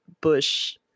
Bush